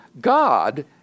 God